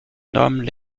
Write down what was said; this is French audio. nomment